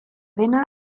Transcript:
dena